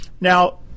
Now